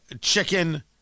chicken